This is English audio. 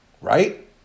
right